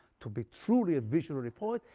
to be truly a visionary poet,